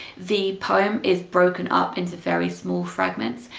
the poem is broken up into very small fragments,